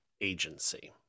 agency